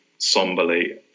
somberly